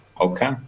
Okay